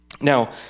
Now